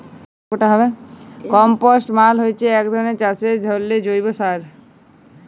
compost মালে হচ্যে এক চাষের জন্হে ধরলের জৈব সার